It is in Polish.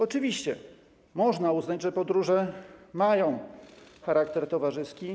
Oczywiście można uznać, że podróże mają charakter towarzyski.